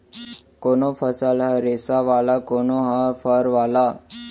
कोनो फसल ह रेसा वाला, कोनो ह फर वाला